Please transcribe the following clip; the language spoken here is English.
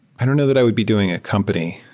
i don't know that i would be doing a company.